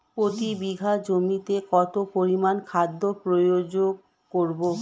প্রতি বিঘা জমিতে কত পরিমান খাদ্য প্রয়োগ করব?